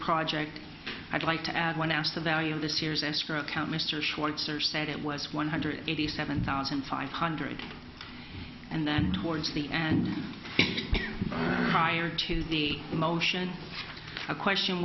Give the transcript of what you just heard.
project i'd like to add when asked the value of this year's escrow account mr schweitzer said it was one hundred eighty seven thousand five hundred and then towards the end prior to the motion a question